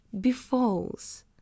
befalls